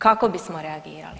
Kako bismo reagirali?